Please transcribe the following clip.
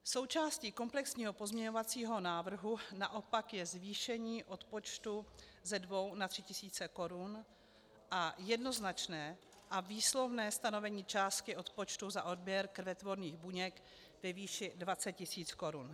Součástí komplexního pozměňovacího návrhu naopak je zvýšení odpočtu ze dvou na tři tisíce korun a jednoznačné a výslovné stanovení částky odpočtu za odběr krvetvorných buněk ve výši 20 tisíc korun.